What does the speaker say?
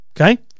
Okay